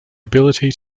ability